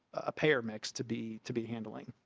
a pair mix to be to be handling.